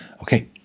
Okay